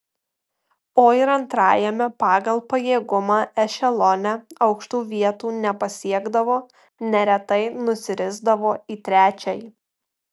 o ir antrajame pagal pajėgumą ešelone aukštų vietų nepasiekdavo neretai nusirisdavo į trečiąjį